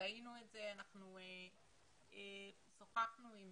שוחחנו עם